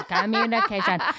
communication